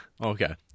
Okay